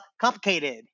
complicated